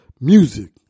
music